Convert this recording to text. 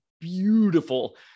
beautiful